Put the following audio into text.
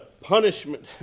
punishment